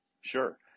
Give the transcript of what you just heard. Sure